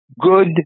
good